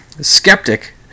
Skeptic